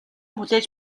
хүлээж